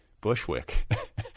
Bushwick